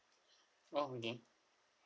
oh okay